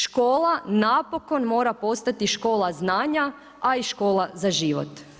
Škola napokon mora postati škola znanja, a i škola za život.